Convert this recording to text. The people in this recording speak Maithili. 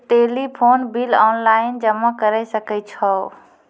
टेलीफोन बिल ऑनलाइन जमा करै सकै छौ?